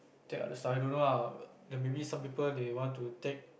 take other stuff I don't know ah maybe some other people they want to take